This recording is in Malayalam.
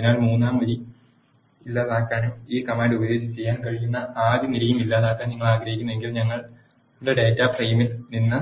അതിനാൽ മൂന്നാം വരി ഇല്ലാതാക്കാനും ഈ കമാൻഡ് ഉപയോഗിച്ച് ചെയ്യാൻ കഴിയുന്ന ആദ്യ നിരയും ഇല്ലാതാക്കാൻ നിങ്ങൾ ആഗ്രഹിക്കുന്നുവെങ്കിൽ ഞങ്ങളുടെ ഡാറ്റാ ഫ്രെയിമിൽ നിന്ന്